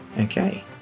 okay